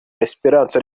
esperance